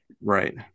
Right